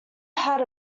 had